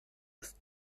ist